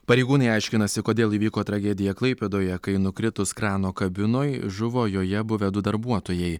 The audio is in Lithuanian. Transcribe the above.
pareigūnai aiškinasi kodėl įvyko tragedija klaipėdoje kai nukritus krano kabinoj žuvo joje buvę du darbuotojai